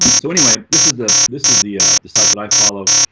so anyway, this is the this is the the site that i follow